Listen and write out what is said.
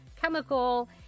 chemical